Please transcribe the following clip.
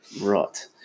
Right